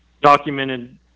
documented